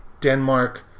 Denmark